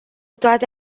toate